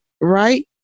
right